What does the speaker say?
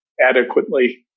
adequately